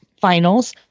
finals